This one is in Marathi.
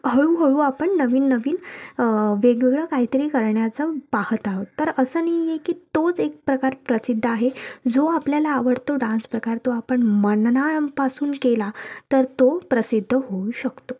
हळूहळू आपण नवीननवीन वेगवेगळं काहीतरी करण्याचं पाहत आहोत तर असं नाही आहे की तोच एक प्रकार प्रसिद्ध आहे जो आपल्याला आवडतो डान्सप्रकार तो आपण मनापासून केला तर तो प्रसिद्ध होऊ शकतो